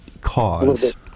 cause